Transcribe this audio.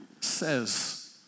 says